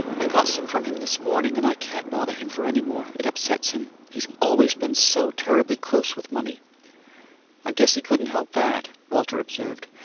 i got some from him this morning, and i can't bother him for any more it upsets him. he's always been so terribly close with money i guess he couldn't help that, walter observed.